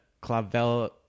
Clavel